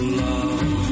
love